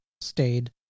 stayed